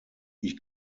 ich